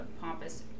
pompous